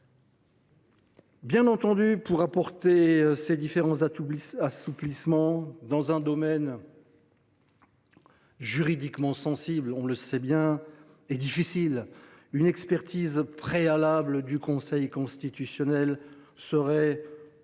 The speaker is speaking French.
Bien entendu, pour apporter ces différents assouplissements dans un domaine juridiquement sensible et difficile, on le sait bien, une expertise préalable du Conseil constitutionnel serait tout à fait